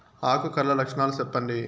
ఆకు కర్ల లక్షణాలు సెప్పండి